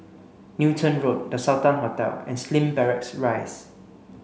Newton Road The Sultan Hotel and Slim Barracks Rise